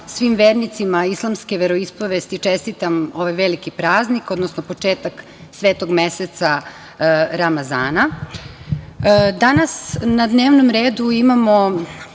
svim vernicima islamske veroispovesti čestitam ovaj veliki praznik, odnosno početak svetog meseca, Ramazana. Danas na dnevnom redu imamo